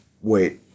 wait